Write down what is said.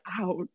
out